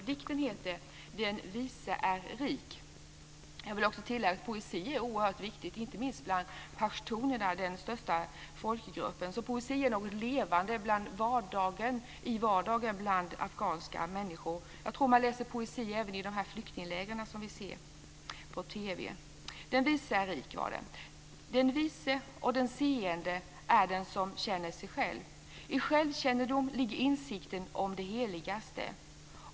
Dikten heter Den vise är rik. Jag vill tilllägga att poesi är oerhört viktigt inte minst bland pashtunerna, den största folkgruppen. Poesi är något levande i vardagen bland afghanska människor. Jag tror att man läser poesi även i de flyktingläger vi ser på TV. Den vise och den seende är den som känner sig själv. I självkännedom ligger insikten om det heligaste.